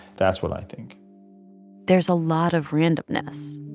that's what i think there's a lot of randomness.